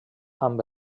amb